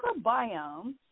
microbiome